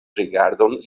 rigardon